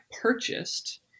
purchased